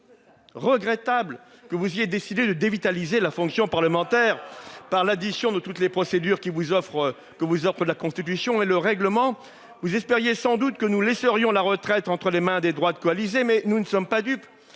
regrettable que vous ayez décidé de dévitaliser la fonction parlementaire par l'addition de toutes les procédures que vous offrent la Constitution et le règlement. Pas vous ! Vous espériez sans doute que nous laisserions la retraite des Français entre les mains des droites coalisées, mais nous ne sommes pas dupes,